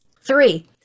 Three